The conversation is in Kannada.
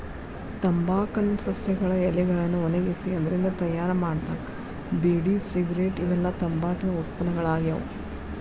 ತಂಬಾಕ್ ನ ಸಸ್ಯಗಳ ಎಲಿಗಳನ್ನ ಒಣಗಿಸಿ ಅದ್ರಿಂದ ತಯಾರ್ ಮಾಡ್ತಾರ ಬೇಡಿ ಸಿಗರೇಟ್ ಇವೆಲ್ಲ ತಂಬಾಕಿನ ಉತ್ಪನ್ನಗಳಾಗ್ಯಾವ